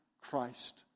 Christ